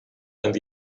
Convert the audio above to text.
and